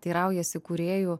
teiraujasi kūrėjų